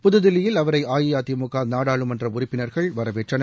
புதுதில்லியில் அவரை அஇஅதிமுக நாடாளுமன்ற உறுப்பினர்கள் வரவேற்றனர்